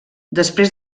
després